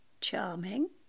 charming